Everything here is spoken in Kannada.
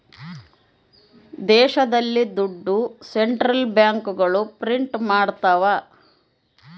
ದೇಶದಲ್ಲಿ ದುಡ್ಡು ಸೆಂಟ್ರಲ್ ಬ್ಯಾಂಕ್ಗಳು ಪ್ರಿಂಟ್ ಮಾಡ್ತವ